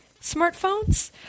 smartphones